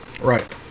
Right